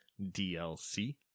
DLC